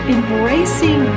Embracing